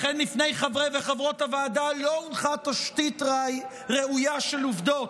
לכן לפני חברי וחברות הוועדה לא הונחה תשתית ראויה של עובדות,